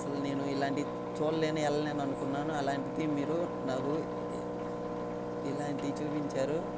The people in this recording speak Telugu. అసలు నేను ఇలాంటివి చూడలేను వెళ్ళలేను అనుకున్నాను అలాంటిది మీరు నాకు ఇలాంటివి చూపించారు